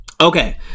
Okay